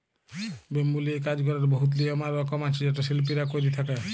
bamboo লিয়ে কাজ ক্যরার বহুত লিয়ম আর রকম আছে যেট শিল্পীরা ক্যরে থ্যকে